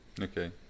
Okay